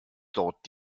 dort